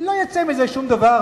לא יצא מזה שום דבר,